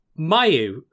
Mayu